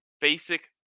basic